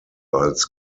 als